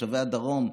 תושבי הדרום,